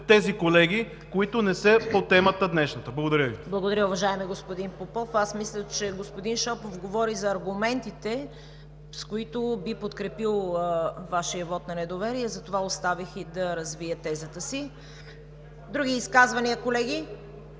тези колеги, които не са по днешната тема. Благодаря Ви. ПРЕДСЕДАТЕЛ ЦВЕТА КАРАЯНЧЕВА: Благодаря, уважаеми господин Попов. Аз мисля, че господин Шопов говори за аргументите, с които би подкрепил Вашия вот на недоверие и затова оставих да развие тезата си. Други изказвания, колеги?